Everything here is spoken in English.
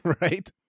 right